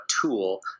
tool